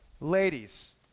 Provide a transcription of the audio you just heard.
Ladies